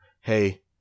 Hey